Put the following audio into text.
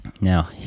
now